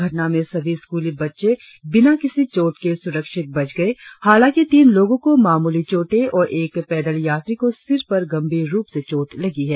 घटना में सभी स्कूली बच्चे बिना किसी चोट के सुरक्षित बच गए हालांकि तीन लोगों को मामूली चोटे और एक पैदल यात्री को सिर पर गंभीर रुप से चोट लगी है